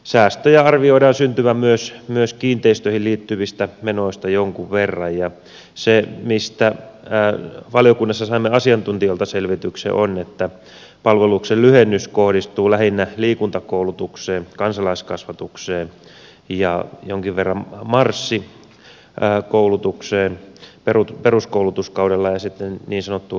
säästöjä arvioidaan syntyvän myös kiinteistöihin liittyvistä menoista jonkun verran ja se mistä valiokunnassa saimme asiantuntijoilta selvityksen on että palveluksen lyhennys kohdistuu lähinnä liikuntakoulutukseen kansalaiskasvatukseen jonkin verran marssikoulutukseen peruskoulutuskaudella ja sitten niin sanottuun rästikoulutukseen